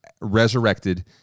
resurrected